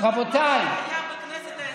שהיה בכנסת העשרים,